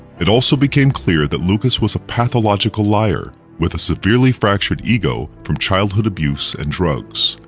it also became clear that lucas was a pathological liar, with a severely fractured ego from childhood abuse and drugs,